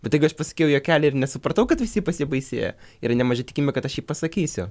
bet jeigu aš pasakiau juokelį ir nesupratau kad visi pasibaisėjo yra nemaža tikimybė kad aš jį pasakysiu